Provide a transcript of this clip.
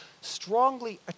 strongly